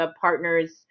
partners